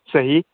صحیح